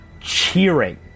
cheering